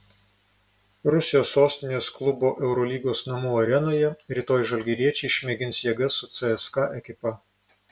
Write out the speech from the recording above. rusijos sostinės klubo eurolygos namų arenoje rytoj žalgiriečiai išmėgins jėgas su cska ekipa